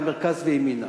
מהמרכז וימינה.